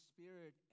Spirit